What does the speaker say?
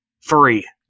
free